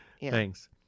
Thanks